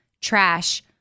trash